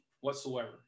whatsoever